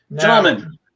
Gentlemen